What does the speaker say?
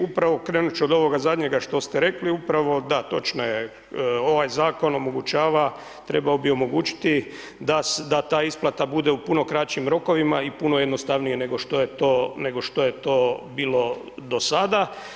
Upravo krenut ću od ovoga zadnjega što ste rekli, upravo da, točno je, ovaj Zakon omogućava, trebao bi omogućiti da ta isplata bude u puno kraćim rokovima i puno jednostavnije nego što je to bilo do sada.